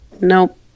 Nope